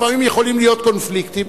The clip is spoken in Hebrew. לפעמים יכולים להיות קונפליקטים,